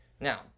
Now